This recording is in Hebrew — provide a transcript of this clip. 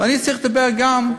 ואני צריך לדבר גם,